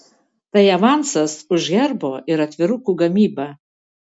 tai avansas už herbo ir atvirukų gamybą